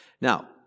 Now